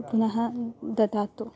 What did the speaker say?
पुनः ददातु